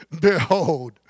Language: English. Behold